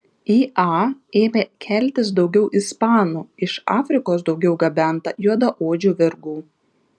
į a ėmė keltis daugiau ispanų iš afrikos daugiau gabenta juodaodžių vergų